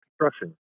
construction